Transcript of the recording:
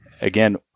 again